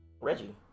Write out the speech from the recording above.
Reggie